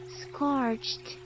scorched